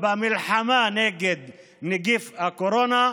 במלחמה נגד נגיף הקורונה.